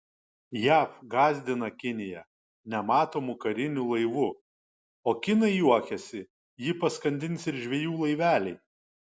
jav gąsdina kiniją nematomu kariniu laivu o kinai juokiasi jį paskandins ir žvejų laiveliai